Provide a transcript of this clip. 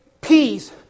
peace